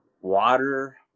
water